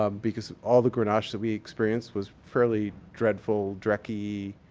ah because all the grenache that we experience was fairly dreadful, drecky,